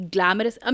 Glamorous